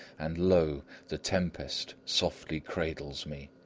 and lo! the tempest softly cradles me,